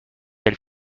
elle